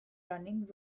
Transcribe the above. running